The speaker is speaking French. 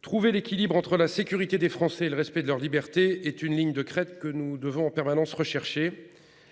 Trouver l'équilibre entre la sécurité des Français et le respect de leurs libertés est la ligne de crête sur laquelle nous devons en permanence avancer.